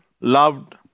loved